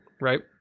Right